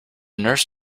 nurse